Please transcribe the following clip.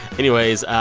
anyways,